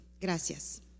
gracias